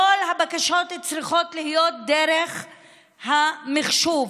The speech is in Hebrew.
כל הבקשות צריכות להיות דרך המחשוב,